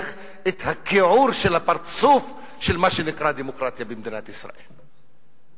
את הכיעור של הפרצוף של מה שנקרא דמוקרטיה במדינת ישראל.